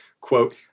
quote